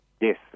Yes